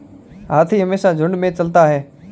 हाथी हमेशा झुंड में चलता है